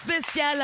spécial